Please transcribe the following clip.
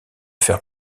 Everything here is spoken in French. faire